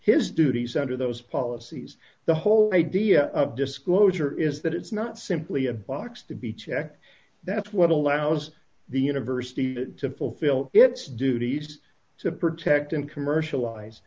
his duties under those policies the whole idea of disclosure is that it's not simply a box to be checked that's what allows the university to fulfill its duties to protect and commerciali